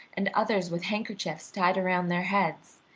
and others with handkerchiefs tied around their heads,